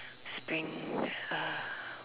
spring uh